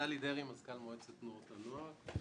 נפתלי דרעי, מזכ"ל מועצת תנועות הנוער.